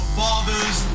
father's